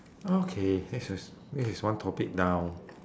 okay this is this is one topic down